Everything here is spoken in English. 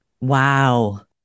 Wow